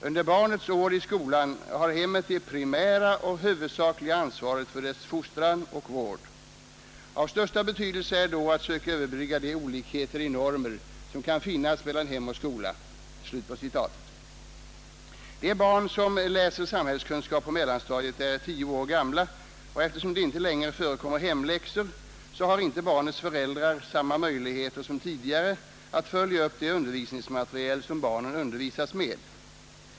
Under barnets år i skolan har hemmet det primära och huvudsakliga ansvaret för dess fostran och vård. Av största betydelse är då att söka överbrygga de olikheter i normer som kan finnas mellan hem och skola.” De barn som läser samhällskunskap på mellanstadiet är tio år gamla, och eftersom det inte längre förekommer hemläxor har inte barnets föräldrar samma möjligheter som tidigare att följa upp det undervisningsmateriel som barnen undervisas med.